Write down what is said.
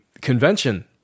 convention